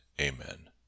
amen